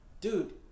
dude